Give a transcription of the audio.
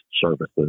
services